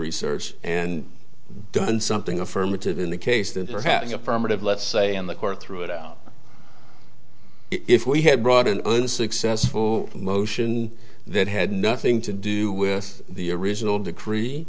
research and done something affirmative in the case that you're having affirmative let's say in the court threw it out if we had brought an unsuccessful motion that had nothing to do with the original decree